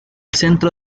centro